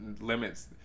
limits